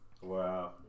Wow